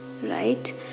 right